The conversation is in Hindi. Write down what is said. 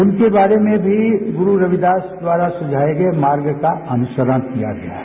उनके बारे में भी गुरू रविदास द्वारा सुझाए गए मार्ग का अनुसरण किया गया है